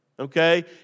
Okay